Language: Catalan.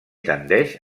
tendeix